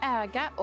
äga